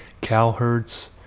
Cowherds